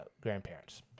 grandparents